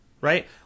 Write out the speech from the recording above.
right